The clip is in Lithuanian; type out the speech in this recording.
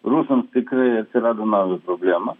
rusams tikrai atsirado naujos problemos